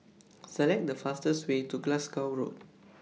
Select The fastest Way to Glasgow Road